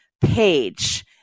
page